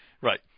right